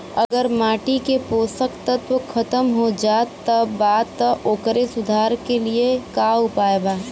अगर माटी के पोषक तत्व खत्म हो जात बा त ओकरे सुधार के लिए का उपाय बा?